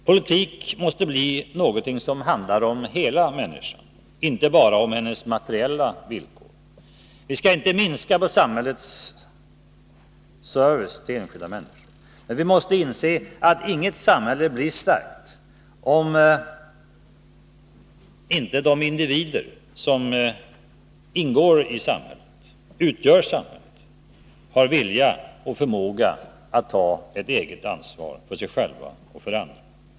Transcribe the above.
Politik måste bli något som handlar om hela människan, inte bara om hennes materiella behov. Vi skall inte minska på samhällets service till enskilda människor, men vi måste inse att inget samhälle blir starkt om inte de individer som utgör samhället har vilja och förmåga att ta eget ansvar, för sig själva och för andra.